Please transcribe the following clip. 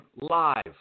live